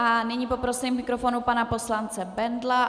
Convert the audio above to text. Nyní poprosím k mikrofonu pana poslance Bendla.